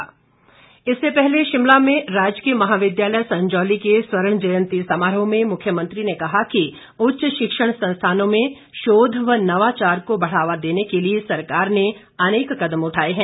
मुख्यमंत्री इससे पहले शिमला में राजकीय महाविद्यालय संजौली के स्वर्ण जयंती समारोह में मुख्यमंत्री ने कहा कि उच्च शिक्षण संस्थानों में शोध व नवाचार को बढ़ावा देने के लिए सरकार ने अनेक कदम उठाए हैं